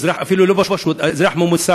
או אפילו אזרח לא פשוט,